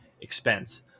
expense